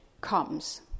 comes